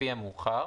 לפי המאוחר,